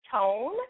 Tone